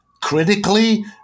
critically